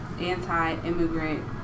anti-immigrant